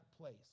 place